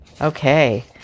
okay